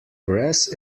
press